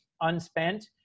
unspent